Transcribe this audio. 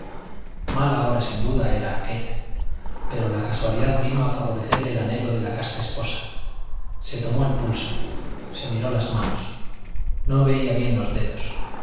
mala hora sin duda era aquella pero la casualidad vino a favorecer el anhelo de la casta esposa se tomó el pulso se miró las manos no veía bien los dedos